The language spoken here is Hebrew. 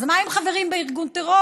אז מה אם הם חברים בארגון טרור?